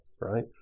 right